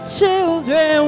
children